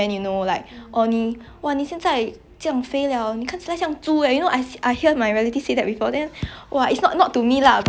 !wah! it's not not to me lah but it's I feel very bad for the person on the receiving end you know !wah! 我听到我真的很我会我会很生气 eh